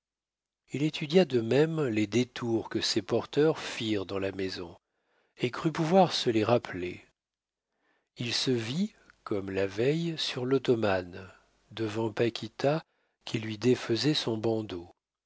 il étudia de même les détours que ses porteurs firent dans la maison et crut pouvoir se les rappeler il se vit comme la veille sur l'ottomane devant paquita qui lui défaisait son bandeau